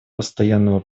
постоянного